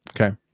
okay